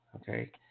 Okay